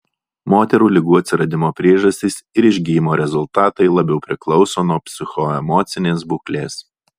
moterų ligų atsiradimo priežastys ir išgijimo rezultatai labiau priklauso nuo psichoemocinės būklės